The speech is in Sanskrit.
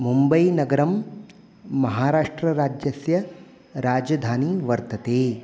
मुम्बैनगरं महाराष्ट्रराज्यस्य राजधानी वर्तते